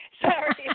Sorry